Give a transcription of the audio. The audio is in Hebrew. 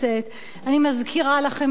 אני מזכירה לכם את ד"ש,